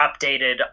updated